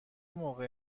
موقع